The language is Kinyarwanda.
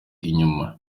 inyuma